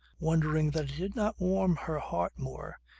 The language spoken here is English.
wondering that it did not warm her heart more,